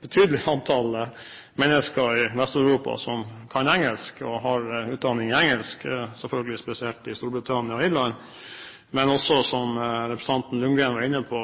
betydelig antall mennesker i Vest-Europa som kan engelsk, og som har utdanning i engelsk – selvfølgelig spesielt i Storbritannia og Irland, men, som representanten Ljunggren var inne på,